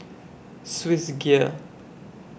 Swissgear